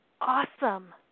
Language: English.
awesome